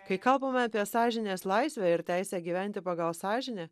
kai kalbame apie sąžinės laisvę ir teisę gyventi pagal sąžinę